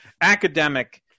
academic